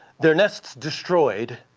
their nests destroyed,